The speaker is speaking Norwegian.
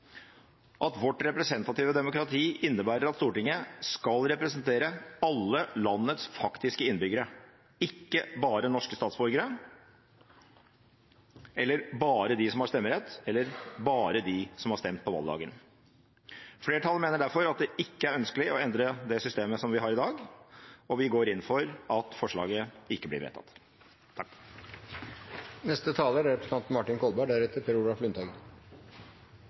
at vårt representative demokrati innebærer at Stortinget skal representere alle landets faktiske innbyggere, ikke bare norske statsborgere eller bare de som har stemmerett eller bare de som har stemt på valgdagen. Flertallet mener derfor at det ikke er ønskelig å endre det systemet vi har i dag, og vi går inn for at forslaget ikke blir vedtatt.